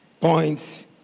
points